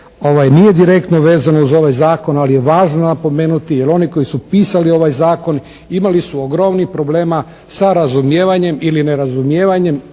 nije direktno vezano uz ovaj zakon ali je važno napomenuti jer oni koji su pisali ovaj zakon imali su ogromnih problema sa razumijevanjem ili nerazumijevanjem